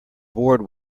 board